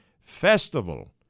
Festival